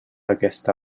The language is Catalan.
aquesta